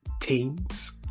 teams